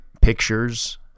pictures